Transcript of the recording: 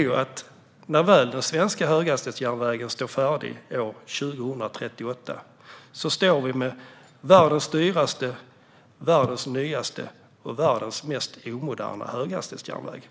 Risken är att vi när den svenska höghastighetsjärnvägen väl är färdig 2038 står med världens dyraste, världens nyaste och världens mest omoderna höghastighetsjärnväg.